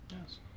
Yes